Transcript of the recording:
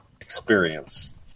experience